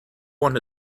want